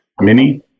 mini